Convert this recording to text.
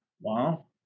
Wow